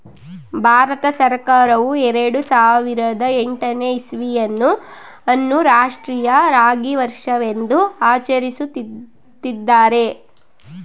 ಭಾರತ ಸರ್ಕಾರವು ಎರೆಡು ಸಾವಿರದ ಎಂಟನೇ ಇಸ್ವಿಯನ್ನು ಅನ್ನು ರಾಷ್ಟ್ರೀಯ ರಾಗಿ ವರ್ಷವೆಂದು ಆಚರಿಸುತ್ತಿದ್ದಾರೆ